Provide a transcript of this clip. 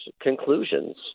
conclusions